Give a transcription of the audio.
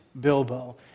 Bilbo